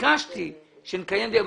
שאם היה מתקיים דיון,